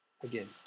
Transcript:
Again